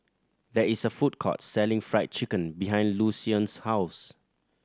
there is a food court selling Fried Chicken behind Lucien's house